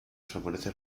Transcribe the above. favorece